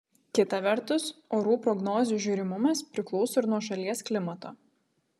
kita vertus orų prognozių žiūrimumas priklauso ir nuo šalies klimato